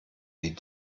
die